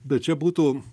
bet čia būtų